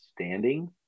standing